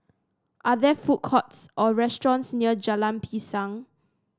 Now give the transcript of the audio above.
are there food courts or restaurants near Jalan Pisang